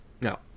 No